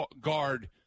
guard